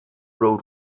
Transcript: prou